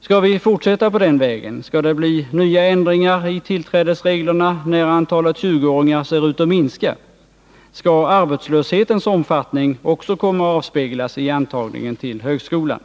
Skall vi fortsätta på den vägen? Skall det bli nya ändringar i tillträdesreglerna när antalet 20-åringar ser ut att minska? Skall arbetslöshetens omfattning också komma att avspeglas i antagningen till högskolan?